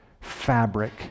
fabric